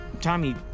Tommy